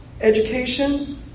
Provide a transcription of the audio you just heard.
education